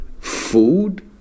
food